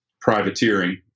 privateering